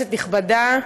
כנסת נכבדה,